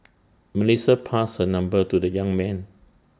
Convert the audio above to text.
Melissa passed her number to the young man